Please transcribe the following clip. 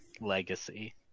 legacy